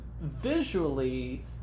visually